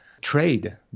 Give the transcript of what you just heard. trade